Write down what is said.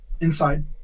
inside